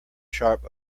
sharp